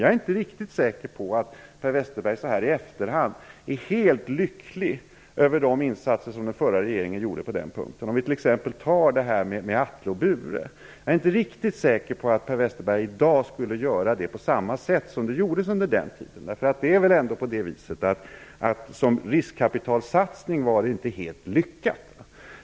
Jag är inte riktigt säker på att Per Westerberg så här i efterhand är helt lycklig över de insatser som den förra regeringen gjorde på den punkten. Låt mig ta Atle och Bure som exempel. Jag är inte riktigt säker på att Per Westerberg skulle göra det på samma sätt i dag som han gjorde under den tiden. Som riskkapitalsatsning var det inte helt lyckat.